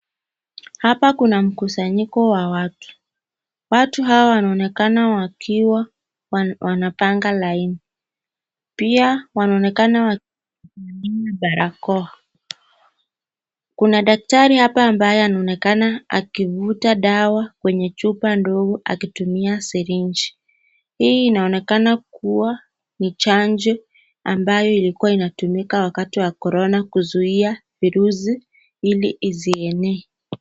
Hapa kuna mkusanyiko wa watu. Watu hawa wanaonekana wakiwa wanapanga laini. Pia wanaonekana wakitumia barakoa. Kuna daktari hapa ambaye anaonekana akivuta dawa kwenye chupa ndogo akitumia syringe . Hii inaonekana kuwa ni chanjo ambayo ilikuwa inatumika wakati wa Corona kuzuia virusi ili isiende.